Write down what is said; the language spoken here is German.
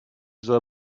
soll